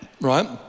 right